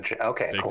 okay